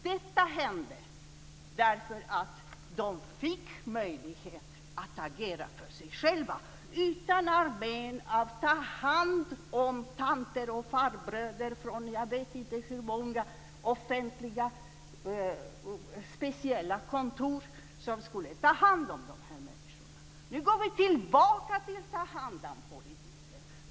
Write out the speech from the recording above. Detta hände därför att de fick möjlighet att agera för sig själva utan armén av tahand-om-tanter och farbröder från jag vet inte hur många offentliga speciella kontor som skulle ta hand om de här människorna. Nu går vi tillbaka till ta-hand-om-politiken.